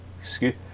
Excuse